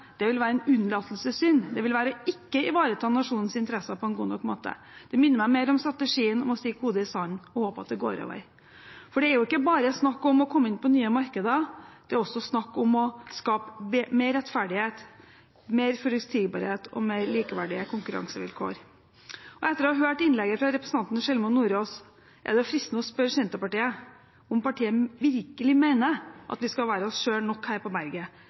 vil være en unnlatelsessynd. Det vil være ikke å ivareta nasjonens interesser på en god nok måte. Det minner meg mer om strategien med å stikke hodet i sanden og håpe at det går over. For det er ikke bare snakk om å komme inn på nye markeder, det er også snakk om å skape mer rettferdighet, mer forutsigbarhet og mer likeverdige konkurransevilkår. Etter å ha hørt innlegget fra representanten Sjelmo Nordås er det fristende å spørre Senterpartiet om partiet virkelig mener at vi skal være oss selv nok her på berget.